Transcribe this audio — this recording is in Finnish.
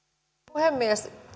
puhemies